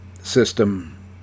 system